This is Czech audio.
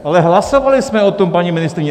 Ale hlasovali jsme o tom, paní ministryně!